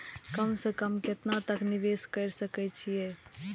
कम से कम केतना तक निवेश कर सके छी ए?